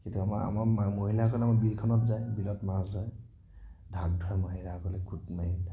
এতিয়া আমাৰ আমাৰ মহিলাসকলে আমাৰ বিলখনত যায় বিলত মাছ ধৰে ধাক ধাৰ মাৰি আগলৈ খুটি মাৰি